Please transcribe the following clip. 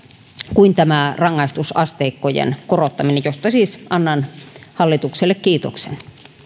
kuin tämä rangaistusasteikkojen korottaminen josta siis annan hallitukselle kiitoksen